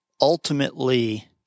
Ultimately